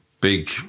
big